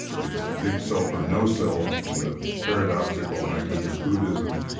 it's big self or no self in the paradoxical language of buddhism.